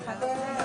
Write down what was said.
13:41.